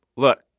look.